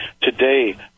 Today